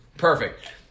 Perfect